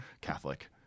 catholic